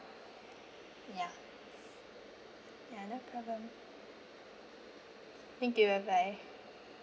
ya ya no problem thank you bye bye